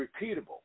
repeatable